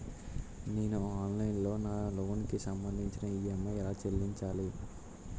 నేను ఆన్లైన్ లో నా లోన్ కి సంభందించి ఈ.ఎం.ఐ ఎలా చెల్లించాలి?